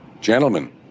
Gentlemen